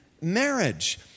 marriage